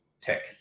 tech